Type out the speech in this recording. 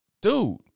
dude